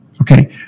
Okay